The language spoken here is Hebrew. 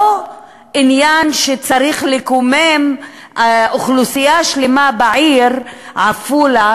עניין שצריך לקומם אוכלוסייה שלמה בעיר עפולה,